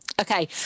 Okay